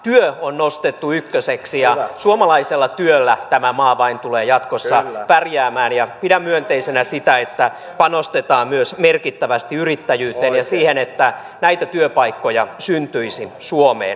työ on nostettu ykköseksi ja vain suomalaisella työllä tämä maa tulee jatkossa pärjäämään ja pidän myönteisenä sitä että panostetaan myös merkittävästi yrittäjyyteen ja siihen että näitä työpaikkoja syntyisi suomeen